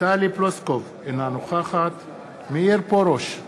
טלי פלוסקוב, אינה נוכחת מאיר פרוש,